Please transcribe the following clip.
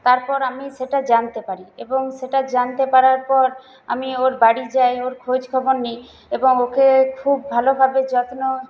তারপর আমি সেটা জানতে পারি এবং সেটা জানতে পারার পর আমি ওর বাড়ি যাই ওর খোঁজখবর নিই এবং ওকে খুব ভালোভাবে যত্ন